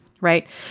right